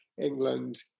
England